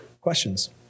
questions